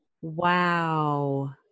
Wow